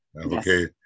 Okay